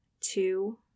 two